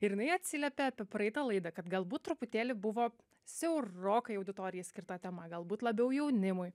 ir jinai atsiliepė apie praeitą laidą kad galbūt truputėlį buvo siaurokai auditorijai skirta tema galbūt labiau jaunimui